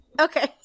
Okay